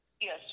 Yes